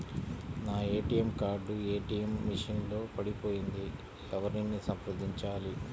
నా ATM card ATM machine లో పడిపోయింది ఎవరిని సంప్రదించాలి?